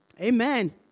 Amen